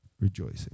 Rejoicing